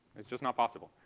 it's just not possible.